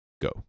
go